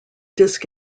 disc